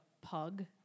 pug